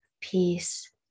peace